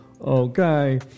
okay